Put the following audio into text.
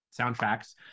soundtracks